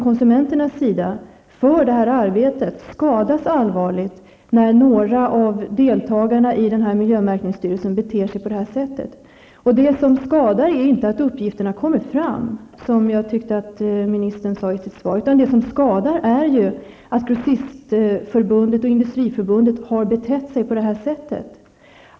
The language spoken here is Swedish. Konsumenternas förtroende för detta arbete skadas allvarligt när några av ledamöterna i miljömärkningsstyrelsen beter sig på det här sättet. Det som skadar är inte att uppgifterna kommer fram, som jag tyckte att ministern sade i sitt svar, utan det som skadar är att Grossistförbundet och Industriförbundet har betett sig på det här sättet.